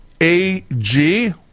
AG